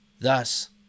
thus